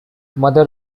mother